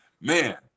man